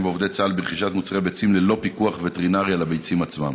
ועובדי צה"ל ברכישת מוצרי ביצים ללא פיקוח וטרינרי על הביצים עצמן?